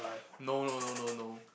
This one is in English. no no no no no